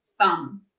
thumb